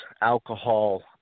alcohol